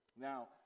now